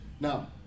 Now